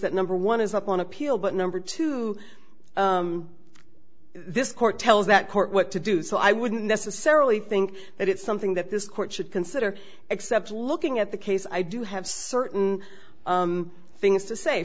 that number one is up on appeal but number two this court tells that court what to do so i wouldn't necessarily think that it's something that this court should consider except looking at the case i do have certain things to say